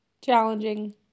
challenging